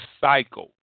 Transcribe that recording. cycle